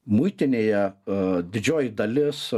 muitinėje didžioji dalis